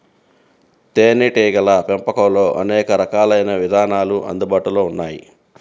తేనీటీగల పెంపకంలో అనేక రకాలైన విధానాలు అందుబాటులో ఉన్నాయి